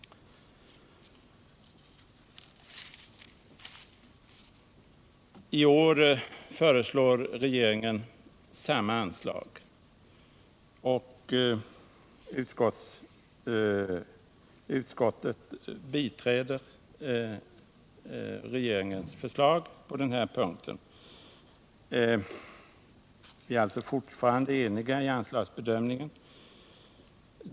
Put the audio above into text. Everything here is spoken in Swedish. I år föreslår regeringen samma anslag, och utskottet biträder regeringens förslag på den här punkten. Vi är alltså fortfarande eniga i anslagsbedöm ningen.